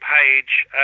Page